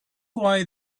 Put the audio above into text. why